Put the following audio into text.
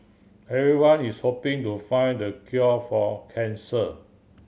everyone is hoping to find the cure for cancer